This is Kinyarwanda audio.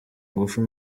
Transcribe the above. ngufu